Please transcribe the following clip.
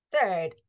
third